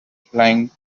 flying